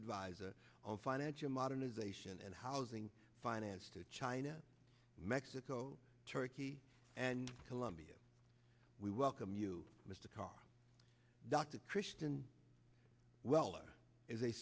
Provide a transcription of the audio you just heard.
advisor on financial modernization and housing finance to china mexico turkey and colombia we welcome you mr carr dr christian weller is a